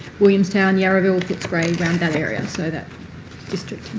williamstown, yarraville, footscray, around that area so that district